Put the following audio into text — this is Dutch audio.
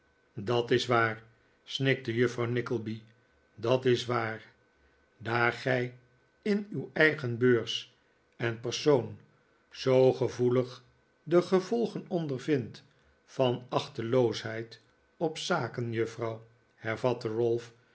dat is waar snikte juffrouw nickleby dat is waar daar gij in uw eigen beurs en persoon zoo gevoelig de gevolgen ondervindt van achteloosheid op zaken juffrouw hervatte